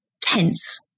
tense